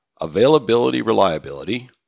Availability-reliability